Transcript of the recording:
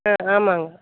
ஆ ஆமாங்க